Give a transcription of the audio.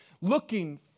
looking